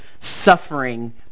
suffering